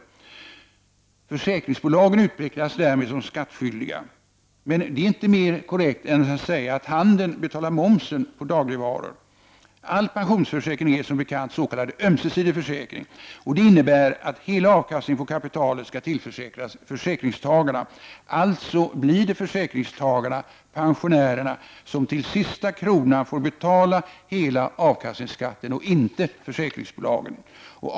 omstoch företagsbeskattning Försäkringsbolagen utpekas därmed som skattskyldiga. Men det är inte mer korrekt än att säga att handeln betalar momsen på dagligvaror. All pensionsförsäkring är, som bekant s.k. ömsesidig försäkring. Det innebär att hela avkastningen på kapitalet skall tillföras försäkringstagarna. Alltså blir det försäkringstagarna/pensionärerna som till sista kronan får betala hela avkastningsskatten och inte alls försäkringsbolagen.